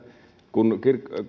kun